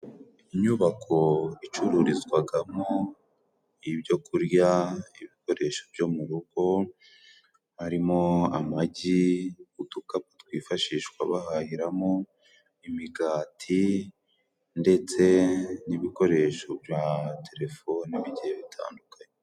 Inyubako icururizwagamo ibyo kurya, ibikoresho byo mu rugo, harimo amagi, udukapu twifashishwa bahahiramo, imigati ndetse n'ibikoresho bya telefoni bigiye bitandukanye.